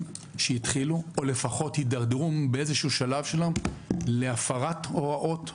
שהתחילו או לפחות הידרדרו באיזשהו שלב להפרת הוראות,